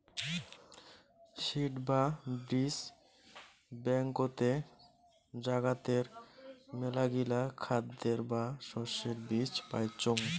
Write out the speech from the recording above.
seed বা বীজ ব্যাংকতে জাগাতের মেলাগিলা খাদ্যের বা শস্যের বীজ পাইচুঙ